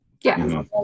Yes